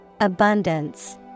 Abundance